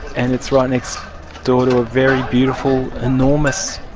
and it's right next door to a very beautiful, enormous,